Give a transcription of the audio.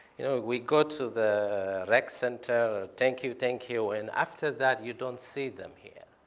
you know, we go to the rec center. thank you, thank you, and after that, you don't see them here.